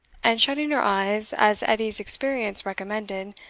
and shutting her eyes, as edie's experience recommended,